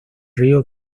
río